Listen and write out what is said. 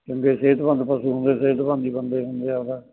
ਚੰਗੇ ਸਿਹਤਮੰਦ ਪਸ਼ੂ ਹੁੰਦੇ ਸਿਹਤਮੰਦ ਹੀ ਬੰਦੇ ਹੁੰਦੇ ਆਪਦਾ